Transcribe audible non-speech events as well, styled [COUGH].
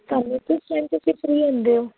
[UNINTELLIGIBLE] free ਹੁੰਦੇ ਹੋ